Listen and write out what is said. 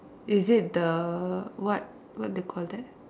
is it the what what you call that